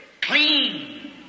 clean